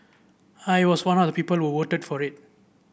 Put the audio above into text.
I was one of the people who voted for it